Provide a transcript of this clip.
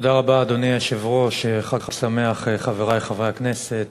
אדוני היושב-ראש, תודה רבה, חברי חברי הכנסת,